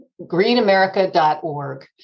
GreenAmerica.org